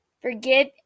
Forgive